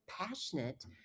passionate